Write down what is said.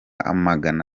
magana